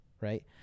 right